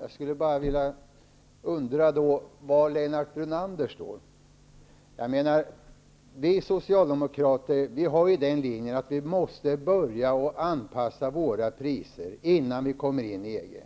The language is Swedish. Herr talman! Jag undrar då bara var Lennart Brunander står. Vi Socialdemokrater företräder den linjen att vi måste börja anpassa priserna innan Sverige kommer in i EG.